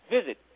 Visit